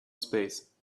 space